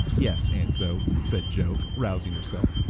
yes, aunt zoe, said joe, rousing herself,